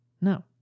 No